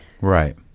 Right